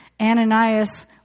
Ananias